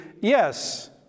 Yes